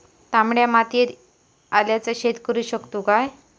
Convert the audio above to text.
तामड्या मातयेत आल्याचा शेत करु शकतू काय?